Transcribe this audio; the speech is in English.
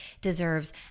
deserves